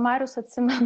marius atsimenu